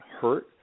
hurt